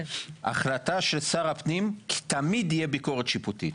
החלטה של שר הפנים תמיד תהיה ביקורת שיפוטית,